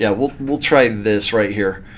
yeah we'll we'll try this right here.